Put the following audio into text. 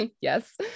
Yes